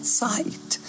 sight